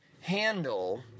handle